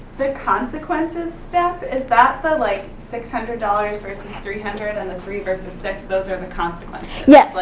the consequences step, is that the like six hundred dollars versus three hundred, and the three versus six, those are the consequences? yeah like,